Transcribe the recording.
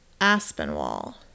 Aspinwall